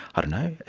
don't know,